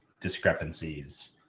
discrepancies